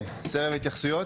סבב התייחסויות?